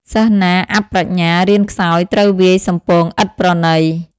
សិស្សណាអាប់ប្រាជ្ញា រៀនខ្សោយ គ្រូវាយសំពងឥតប្រណី ។